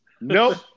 Nope